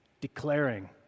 declaring